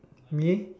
me